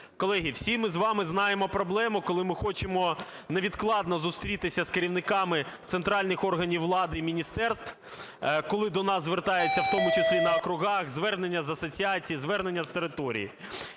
Колеги, всі ми з вами знаємо проблему, коли ми хочемо невідкладно зустрітися з керівниками центральних органів влади і міністерств, коли до нас звертаються в тому числі на округах, звернення з асоціацій, звернення з територій,